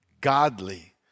godly